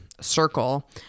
circle